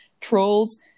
trolls